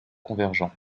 convergent